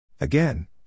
Again